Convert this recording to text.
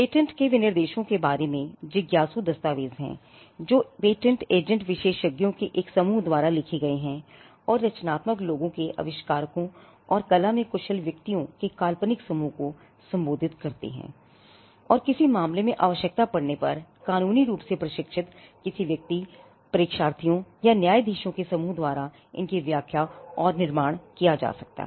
patent के विनिर्देशों के बारे में जिज्ञासु दस्तावेज हैं जो पेटेंट एजेंट विशेषज्ञों के एक समूह द्वारा लिखे गए हैं और रचनात्मक लोगों के आविष्कारकों के और कला में कुशल व्यक्तियों के काल्पनिक समूह को सम्बोधित करते हैं और किसी मामले में आवश्यकता पड़ने पर कानूनी रूप से प्रशिक्षित किसी व्यक्तियोंपरीक्षार्थियों और न्यायाधीशों के समूह द्वारा इनकी व्याख्या और निर्माण जा सकता है